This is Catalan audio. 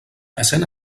essent